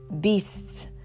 beasts